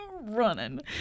running